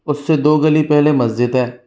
उससे दो गली पहले मस्ज़िद है